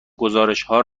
گزارشهای